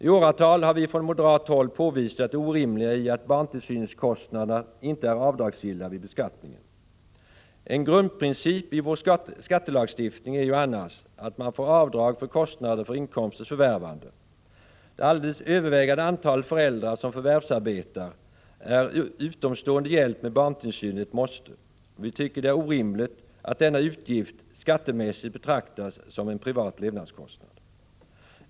I åratal har vi från moderat håll påvisat det orimliga i att barntillsynskostnader inte är avdragsgilla vid beskattningen. En grundprincip i vår skattelagstiftning är ju annars att man får avdrag för kostnader för inkomsters förvärvande. För det alldeles övervägande antalet föräldrar som förvärvsarbetar är utomstående hjälp med barntillsynen ett måste, och vi tycker att det är orimligt att denna utgift skattemässigt betraktas som en privat levnadskostnad.